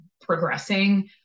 progressing